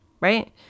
Right